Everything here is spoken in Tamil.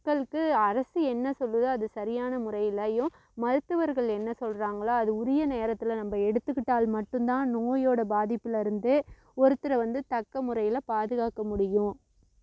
மக்களுக்கு அரசு என்ன சொல்லுதோ அது சரியான முறையிலேயும் மருத்துவர்கள் என்ன சொல்கிறாங்களோ அது உரிய நேரத்தில் நம்ம எடுத்துகிட்டால் மட்டும்தான் நோயோட பாதிப்புலேருந்து ஒருத்தரை வந்து தக்க முறையில் பாதுகாக்க முடியும்